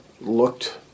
looked